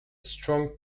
strong